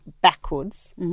backwards